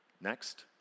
Next